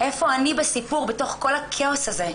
איפה אני בסיפור, בתוך כל הכאוס הזה.